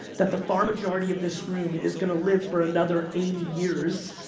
that the farm majority of this room is going to live for another eighty years.